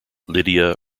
lydia